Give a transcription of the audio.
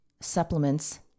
supplements